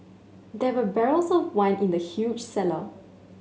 there were barrels of wine in the huge cellar